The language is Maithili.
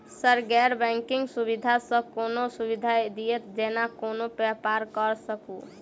सर गैर बैंकिंग सुविधा सँ कोनों सुविधा दिए जेना कोनो व्यापार करऽ सकु?